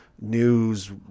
news